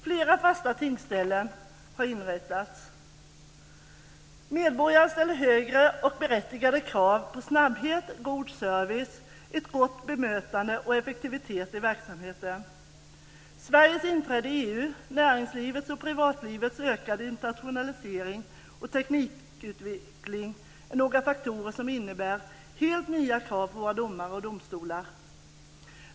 Flera fasta tingsställen har inrättats. Medborgarna ställer högre och berättigade krav på snabbhet, god service, ett gott bemötande och effektivitet i verksamheten. Sveriges inträde i EU, näringslivets och privatlivets ökade internationalisering och teknikutveckling är några faktorer som innebär helt nya krav på våra domare och domstolar.